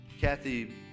Kathy